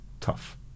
tough